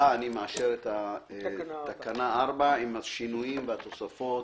תודה, מאשר את תקנה 4 עם השינויים והתוספות.